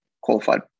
qualified